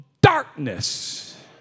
darkness